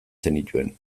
zenituen